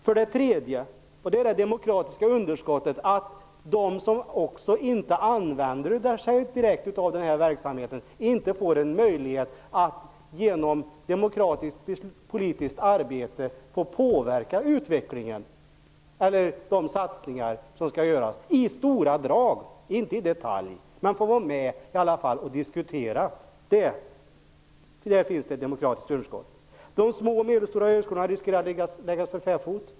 För det tredje får de som inte direkt använder sig av denna verksamhet inte en möjlighet att genom demokratiskt, politiskt arbete påverka de satsningar som skall göras. Jag talar om att påverka i stora drag, inte i detalj, man borde i alla fall få vara med och diskutera. I detta avseende finns det ett demokratiskt underskott. För det fjärde riskerar de små och medelstora högskolorna att läggas för fäfot.